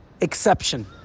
exception